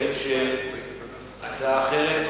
האם יש הצעה אחרת?